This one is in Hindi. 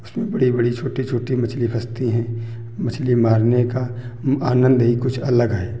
उसमें बड़ी बड़ी छोटी छोटी मछली फँसती हैं मछली मारने का आनंद ही कुछ अलग है